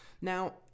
Now